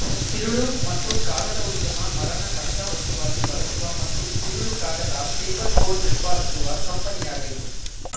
ತಿರುಳು ಮತ್ತು ಕಾಗದ ಉದ್ಯಮ ಮರನ ಕಚ್ಚಾ ವಸ್ತುವಾಗಿ ಬಳಸುವ ಮತ್ತು ತಿರುಳು ಕಾಗದ ಪೇಪರ್ಬೋರ್ಡ್ ಉತ್ಪಾದಿಸುವ ಕಂಪನಿಯಾಗಯ್ತೆ